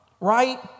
right